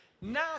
Now